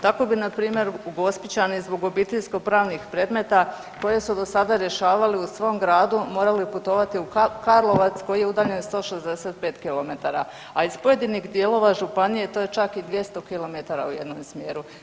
Tako bi npr. Gospićani zbog obiteljsko-pravnih predmeta koje su do sada rješavali u svom gradu morali putovati u Karlovac koji je udalje 165 km, a iz pojedinih dijelova županije, to je čak i 200 km u jednom smjeru.